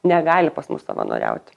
negali pas mus savanoriauti